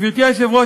גברתי היושבת-ראש,